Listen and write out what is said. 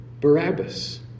Barabbas